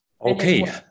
Okay